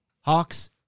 Hawks